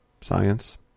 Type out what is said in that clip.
science